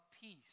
peace